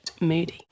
Moody